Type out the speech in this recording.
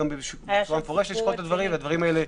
בצורה מפורשת את הדברים.